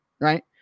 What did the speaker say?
right